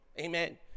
Amen